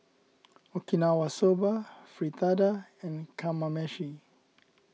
Okinawa Soba Fritada and Kamameshi